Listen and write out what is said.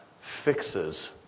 fixes